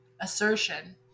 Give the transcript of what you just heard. Assertion